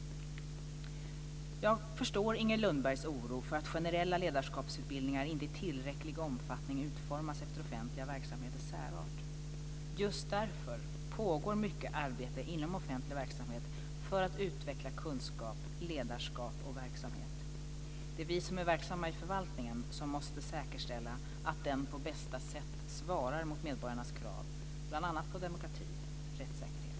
Jag förstår Inger Lundbergs oro för att generella ledarskapsutbildningar inte i tillräcklig omfattning utformas efter offentliga verksamheters särart. Just därför pågår mycket arbete inom offentlig verksamhet för att utveckla kunskap, ledarskap och verksamhet. Det är vi som är verksamma i förvaltningen som måste säkerställa att den på bästa sätt svarar mot medborgarnas krav, bl.a. på demokrati, rättssäkerhet och effektivitet.